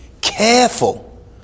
careful